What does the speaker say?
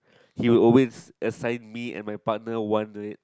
he will always assign me and my partner one red